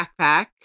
backpack